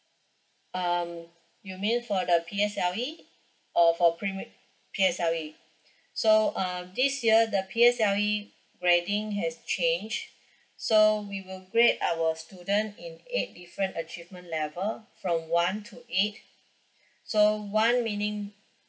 um you mean for the P_S_L_E or for premi~ P_S_L_E so uh this year the P_S_L_E grading has changed so we will grade our student in eight different achievement level from one to eight so one meaning